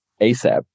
asap